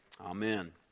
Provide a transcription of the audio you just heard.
Amen